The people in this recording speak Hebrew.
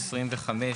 אישור,